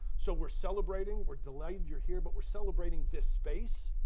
so we're celebrating. we're delighted your here, but we're celebrating this space,